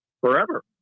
Forever